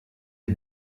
des